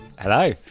Hello